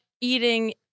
eating